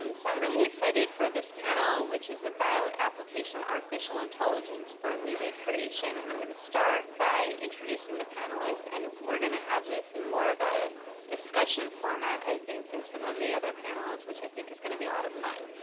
um so i'm really excited for this panel, which is about application of artificial intelligence for music creation. and i'm going to start by introducing the panelists. and we're going to have this in more of a discussion format, i think, than some of the other panels, which i think is going to be a lot of fun.